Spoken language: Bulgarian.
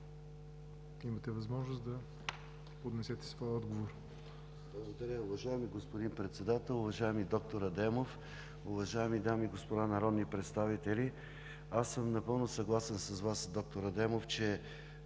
имате възможност да поднесете своя отговор.